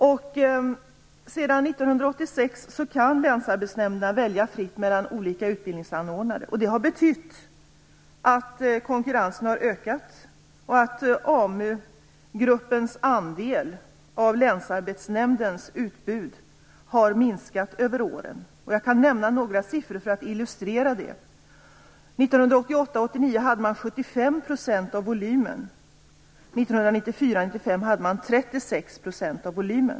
Sedan 1986 kan länsarbetsnämnderna välja fritt mellan olika utbildningsanordnare. Det har betytt att konkurrensen har ökat och att AMU-gruppens andel av länsarbetsnämndernas utbud har minskat över åren. Jag kan nämna några siffror för att illustrera det. 1994-95 hade man 36 %.